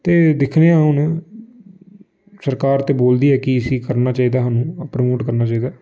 ते दिक्खने आं हून सरकार ते बोलदी ऐ कि इसी करना चाहिदा सानू प्रमोट करना चाहिदा ऐ